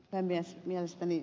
mielestäni ed